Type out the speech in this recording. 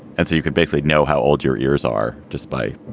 and so you can basically know how old your ears are just by